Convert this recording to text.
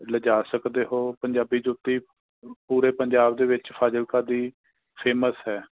ਲਿਜਾ ਸਕਦੇ ਹੋ ਪੰਜਾਬੀ ਜੁੱਤੀ ਪੂਰੇ ਪੰਜਾਬ ਦੇ ਵਿੱਚ ਫਾਜ਼ਿਲਕਾ ਦੀ ਫੇਮਸ ਹੈ